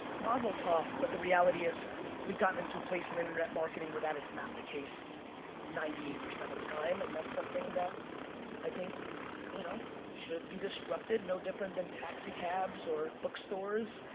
mazel tov, but the reality is we've gotten into a place in internet marketing where that is not the case ninety eight percent of the time. and that's something that i think you know should be disrupted. no different than taxi cabs or bookstores.